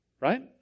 Right